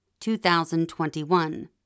2021